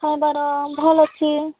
ହଁ ତା'ର ଭଲ୍ ଅଛି